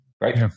Right